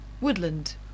Woodland